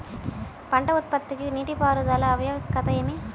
పంట ఉత్పత్తికి నీటిపారుదల ఆవశ్యకత ఏమి?